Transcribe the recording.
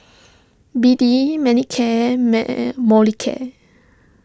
B D Manicare meh Molicare